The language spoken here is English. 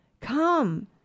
come